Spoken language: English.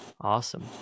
awesome